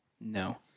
No